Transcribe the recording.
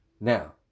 now